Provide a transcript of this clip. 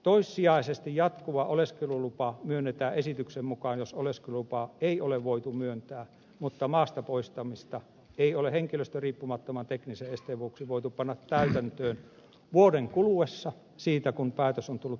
toissijaisesti jatkuva oleskelulupa myönnetään esityksen mukaan jos oleskelulupaa ei ole voitu myöntää mutta maastapoistamista ei ole henkilöstä riippumattoman teknisen esteen vuoksi voitu panna täytäntöön vuoden kuluessa siitä kun päätös on tullut täytäntöönpanokelpoiseksi